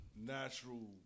Natural